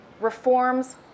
reforms